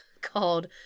called